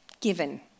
given